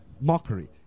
Mockery